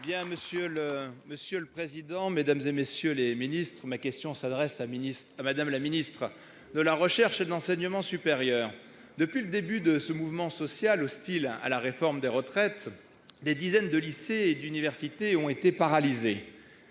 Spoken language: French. monsieur le président, Mesdames, et messieurs les Ministres, ma question s'adresse à Ministre à Madame, la ministre de la recherche et de l'enseignement supérieur depuis le début de ce mouvement social hostile à la réforme des retraites. Des dizaines de lycées et d'universités ont été paralysés.